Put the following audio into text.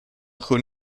con